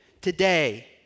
today